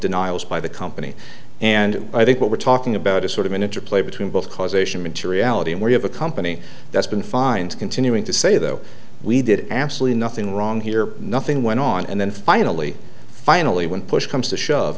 denials by the company and i think what we're talking about is sort of an interplay between both causation materiality and we have a company that's been fined continuing to say though we did absolutely nothing wrong here nothing went on and then finally finally when push comes to shove